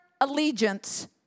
allegiance